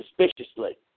suspiciously